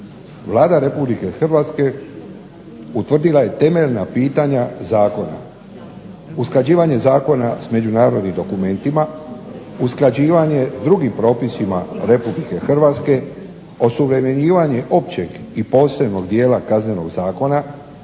Vlada Republike Hrvatske utvrdila je temeljna pitanja zakona. Usklađivanje zakona sa međunarodnim dokumentima, usklađivanje s drugim propisima Republike Hrvatske, osuvremenjivanje općeg i posebnog dijela Kaznenog zakona,